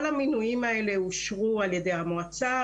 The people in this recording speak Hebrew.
כל המינויים האלה אושרו על ידי המועצה,